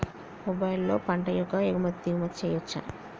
మొబైల్లో పంట యొక్క ఎగుమతి దిగుమతి చెయ్యచ్చా?